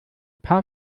paar